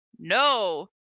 no